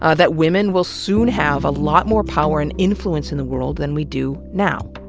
ah that women will soon have a lot more power and influence in the world than we do now.